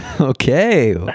Okay